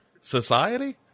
society